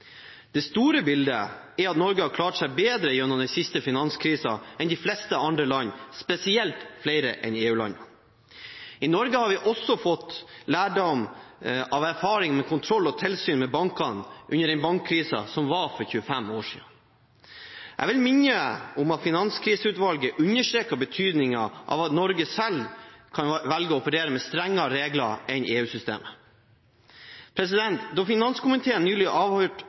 Det store bildet er at Norge har klart seg bedre gjennom den siste finanskrisen enn de fleste andre land, spesielt flere av EU-landene. I Norge har vi også fått lærdom av erfaringene med kontroll og tilsyn med bankene under den bankkrisen som var for 25 år siden. Jeg vil minne om at Finanskriseutvalget understreket betydningen av at Norge selv kan velge å operere med strengere regler enn EU-systemet. Da finanskomiteen nylig avholdt